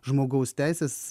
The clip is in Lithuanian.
žmogaus teisės